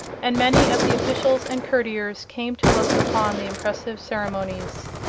and many of the officials and courtiers came to look upon the impressive ceremonies.